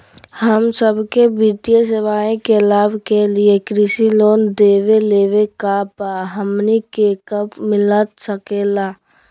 हम सबके वित्तीय सेवाएं के लाभ के लिए कृषि लोन देवे लेवे का बा, हमनी के कब मिलता सके ला?